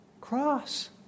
cross